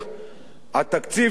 התקציב שייבנה עקב